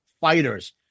fighters